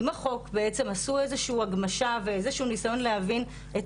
עם החוק בעצם עשו איזשהו הגמשה ואיזשהו ניסיון להבין את